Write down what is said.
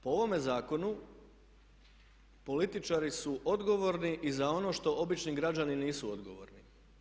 Po ovome zakonu političari su odgovorni i za ono što obični građani nisu odgovorni.